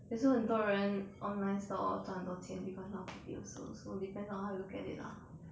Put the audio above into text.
that's why 很多人 online store 赚到钱 because now COVID also so depends on how you look at it lah